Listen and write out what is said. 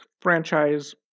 franchise